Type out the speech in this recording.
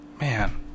Man